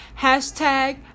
Hashtag